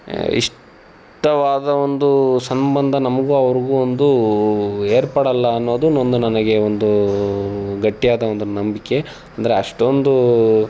ಇಷ್ಟವಾದ ಒಂದು ಸಂಬಂಧ ನಮಗೂ ಅವ್ರಿಗೂ ಒಂದು ಏರ್ಪಡೋಲ್ಲ ಅನ್ನೋದನ್ನೊಂದು ನನಗೆ ಒಂದು ಗಟ್ಟಿಯಾದ ಒಂದು ನಂಬಿಕೆ ಅಂದರೆ ಅಷ್ಟೊಂದು